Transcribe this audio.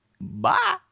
Bye